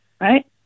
Right